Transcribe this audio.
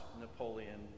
Napoleon